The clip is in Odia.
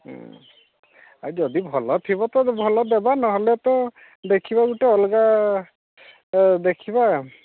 ହଁ ଆଉ ଯଦି ଭଲଥିବ ତ ଭଲଦେବା ନହେଲେ ତ ଦେଖିବା ଗୋଟେ ଅଲଗା ଦେଖିବା